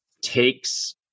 takes